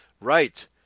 Right